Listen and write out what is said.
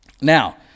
now